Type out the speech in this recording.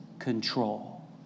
control